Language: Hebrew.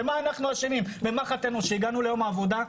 במה חטאנו, שהגענו ליום עבודה?